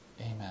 Amen